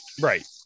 Right